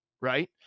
right